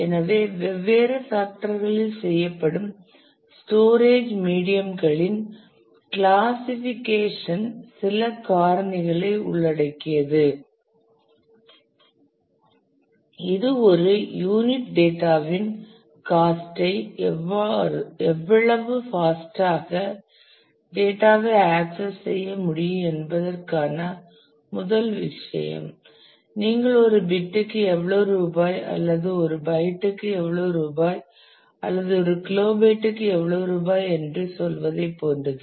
எனவே வெவ்வேறு ஃபேக்டர் களில் செய்யப்படும் ஸ்டோரேஜ் மீடியம்ங்களின் கிளாசிஃபிகேஷன் சில காரணிகளை உள்ளடக்கியது இது ஒரு யூனிட் டேட்டா வின் காஸ்ட் ஐ எவ்வளவு பாஸ்ட் ஆக டேட்டா ஐ ஆக்சஸ் செய்ய முடியும் என்பதற்கான முதல் விஷயம் நீங்கள் ஒரு பிட் க்கு எவ்வளவு ரூபாய் அல்லது ஒரு பைட்டுக்கு எவ்வளவு ரூபாய் அல்லது ஒரு கிலோபைட்டுக்கு எவ்வளவு ரூபாய்க்கு என்று சொல்வதை போன்றது